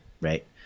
right